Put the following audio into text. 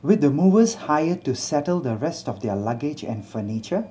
with the movers hired to settle the rest of their luggage and furniture